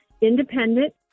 independent